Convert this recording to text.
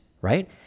right